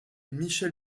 michel